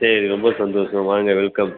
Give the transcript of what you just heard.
சேர ரொம்ப சந்தோஷம் வாங்க வெல்கம்